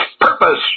purpose